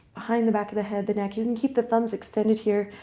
behind the back of the head, the neck. you can keep the thumbs extended here.